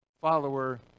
follower